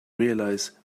realize